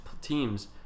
teams